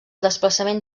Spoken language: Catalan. desplaçament